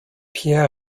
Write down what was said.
pierre